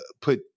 put